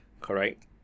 correct